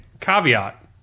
caveat